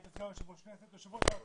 היית סגן יושב-ראש הכנסת,